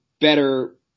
better